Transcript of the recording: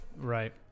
right